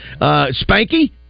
Spanky